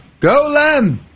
Golem